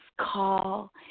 call